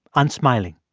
unsmiling.